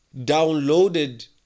downloaded